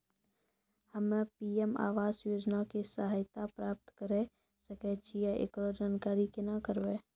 हम्मे पी.एम आवास योजना के सहायता प्राप्त करें सकय छियै, एकरो जानकारी केना करबै?